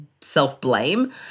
self-blame